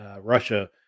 Russia